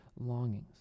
longings